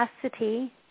capacity